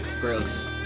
Gross